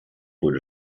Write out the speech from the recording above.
wurde